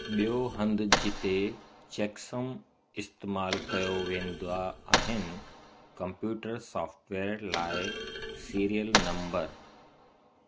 बियो हंधि जिते चेकसम इस्तेमालु कयो वेंदा आहिनि कंप्यूटर सॉफ़्टवेयर लाइ सीरियल नंबर